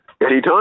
Anytime